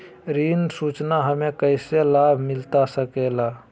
ऋण सूचना हमें कैसे लाभ मिलता सके ला?